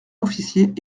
officiers